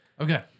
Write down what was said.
Okay